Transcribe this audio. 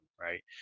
right